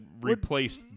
replace